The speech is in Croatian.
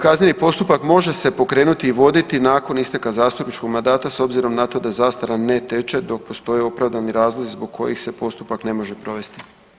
Kazneni postupak može se pokrenuti i voditi nakon isteka zastupničkog mandata s obzirom na to da zastara ne teče dok postoje opravdani razlozi zbog kojih se postupak ne može provesti.